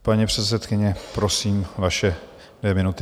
Paní předsedkyně, prosím, vaše dvě minuty.